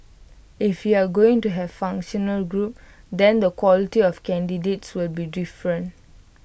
if you're going to have functional groups then the quality of candidates will be different